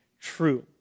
true